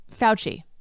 Fauci